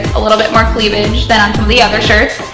a little bit more cleavage than the other shirts.